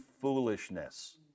foolishness